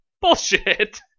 Bullshit